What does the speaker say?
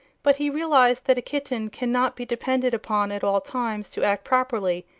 but he realized that a kitten cannot be depended upon at all times to act properly,